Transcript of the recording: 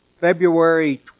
February